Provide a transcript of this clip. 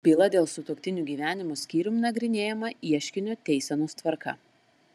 byla dėl sutuoktinių gyvenimo skyrium nagrinėjama ieškinio teisenos tvarka